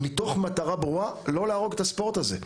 מתוך מטרה ברורה לא להרוג את הספורט הזה.